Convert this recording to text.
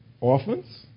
orphans